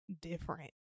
different